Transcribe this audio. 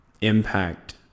impact